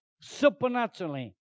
supernaturally